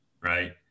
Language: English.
right